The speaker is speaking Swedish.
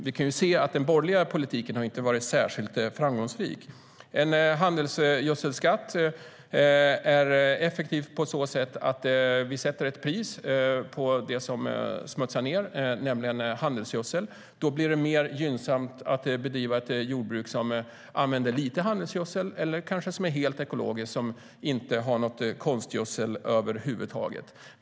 Vi kan se att den borgerliga politiken inte har varit särskilt framgångsrik. En handelsgödselskatt är effektiv på så sätt att vi sätter ett pris på det som smutsar ned, nämligen handelsgödsel. Då blir det mer gynnsamt att bedriva jordbruk som använder lite handelsgödsel eller som kanske är helt ekologiskt och inte har något konstgödsel över huvud taget.